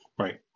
Right